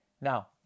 Now